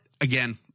again